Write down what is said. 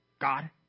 God